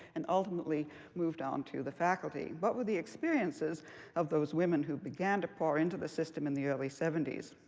and ultimately moved onto the faculty? what but were the experiences of those women who began to pour into the system in the early seventy s?